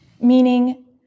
Meaning